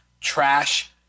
trash